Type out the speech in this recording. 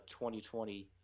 2020